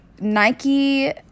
nike